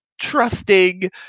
trusting